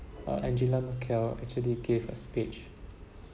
uh angela merkel actually gave a speech